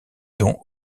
dont